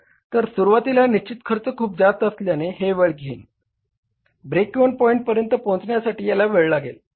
तर सुरुवातीला निश्चित खर्च खूप जास्त असल्याने हे वेळ घेईन ब्रेक इव्हन पॉईंट पर्यंत पोहचण्यासाठी याला वेळ लागेल